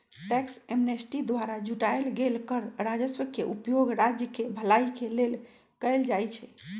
tax amnesty द्वारा जुटाएल गेल कर राजस्व के उपयोग राज्य केँ भलाई के लेल कएल जाइ छइ